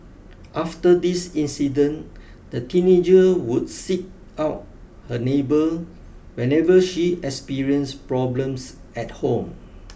after this incident the teenager would seek out her neighbour whenever she experience problems at home